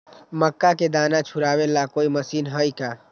मक्का के दाना छुराबे ला कोई मशीन हई का?